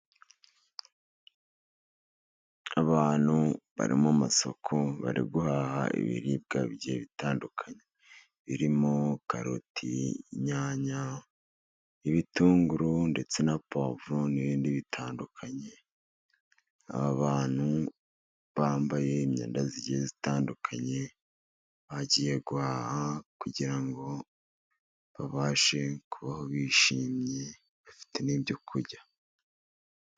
Abantu bari mu masoko bari guhaha ibiribwa bigiye bitandukanye. Birimo karoti, inyanya, ibitunguru ndetse na pwavuro n'ibindi bitandukanye. Aba bantu bambaye imyenda itandukanye bagiye guhaha kugira ngo babashe kubaho bishimye bafite n'ibyo kurya.